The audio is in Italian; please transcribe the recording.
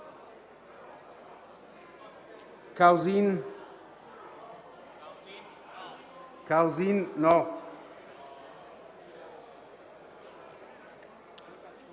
Cesaro,